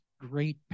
great